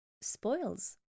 spoils